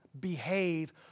behave